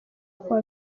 kuwa